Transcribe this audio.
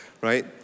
Right